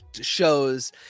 shows